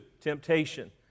temptation